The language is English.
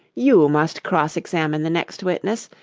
you must cross-examine the next witness.